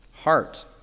heart